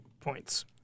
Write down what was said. points